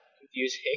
confusing